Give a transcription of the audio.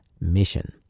mission